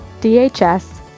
DHS